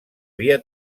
via